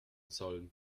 sollen